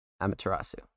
Amaterasu